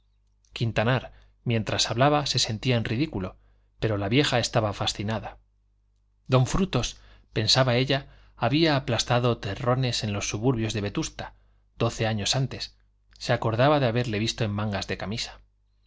quintanar mientras hablaba se sentía en ridículo pero la vieja estaba fascinada don frutos pensaba ella había aplastado terrones en los suburbios de vetusta doce años antes se acordaba de haberle visto en mangas de camisa